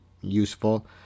useful